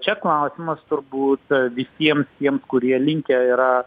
čia klausimas turbūt visiems tiems kurie linkę yra